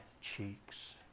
cheeks